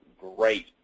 great